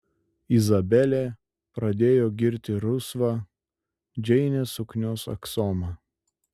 izabelė pradėjo girti rusvą džeinės suknios aksomą